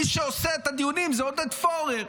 מי שעושה את הדיונים הוא עודד פורר.